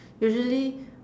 usually